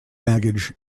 baggage